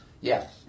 Yes